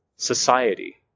Society